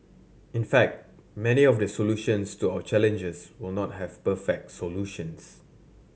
in fact many of the solutions to our challenges will not have perfect solutions